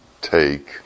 take